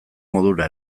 modura